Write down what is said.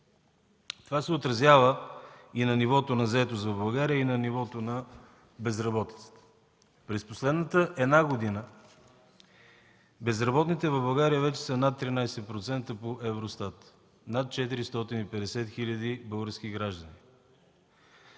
Това се отразява и на нивото на заетост в България и на нивото на безработицата. През последната една година безработните в България вече са над 13%, по Евростат, над 450 хиляди български граждани.